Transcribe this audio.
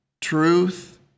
truth